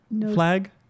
flag